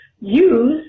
Use